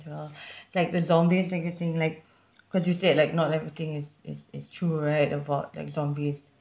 as well like the zombie thing it's in like cause you said like not everything is is is true right about like zombies